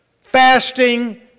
fasting